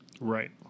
Right